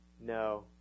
No